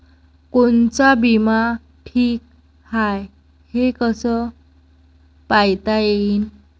कोनचा बिमा ठीक हाय, हे कस पायता येईन?